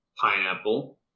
pineapple